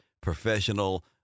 professional